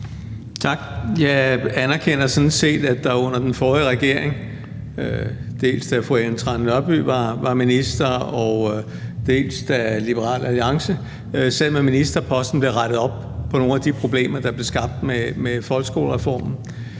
Tak. Jeg anerkender sådan set, at der under den forrige regering, dels da fru Ellen Trane Nørby var minister, dels da Liberal Alliance sad med ministerposten, blev rettet op på nogle af de problemer, der blev skabt med folkeskolereformen.